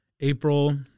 April